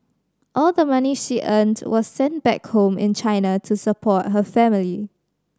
all the money she earned was sent back home in China to support her family